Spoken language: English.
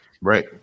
Right